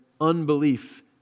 unbelief